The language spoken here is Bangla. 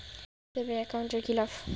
সেভিংস একাউন্ট এর কি লাভ?